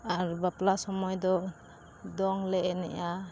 ᱟᱨ ᱵᱟᱯᱞᱟ ᱥᱚᱢᱳᱭ ᱫᱚ ᱫᱚᱝ ᱞᱮ ᱮᱱᱮᱡᱼᱟ